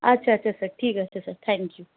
আচ্ছা আচ্ছা স্যার ঠিক আছে স্যার থ্যাংক ইউ